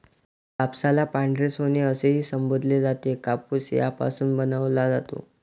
कापसाला पांढरे सोने असेही संबोधले जाते, कापूस यापासून बनवला जातो